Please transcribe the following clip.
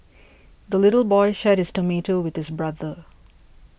the little boy shared his tomato with his brother